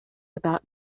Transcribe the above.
about